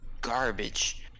garbage